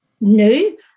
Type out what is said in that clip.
new